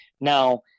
Now